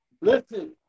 listen